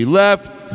left